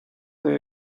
they